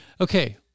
Okay